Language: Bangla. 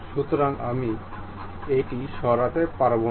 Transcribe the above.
সুতরাং আমি এটি সরাতে পারবো না